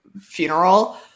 funeral